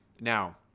Now